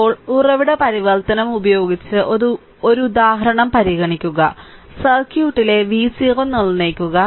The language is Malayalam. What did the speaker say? ഇപ്പോൾ ഉറവിട പരിവർത്തനം ഉപയോഗിച്ച് ഒരു ഉദാഹരണം പരിഗണിക്കുക സർക്യൂട്ടിലെ v 0 നിർണ്ണയിക്കുക